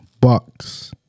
Bucks